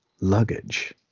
luggage